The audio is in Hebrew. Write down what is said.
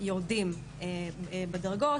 יורדים בדרגות,